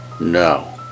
No